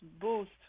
boost